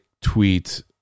tweet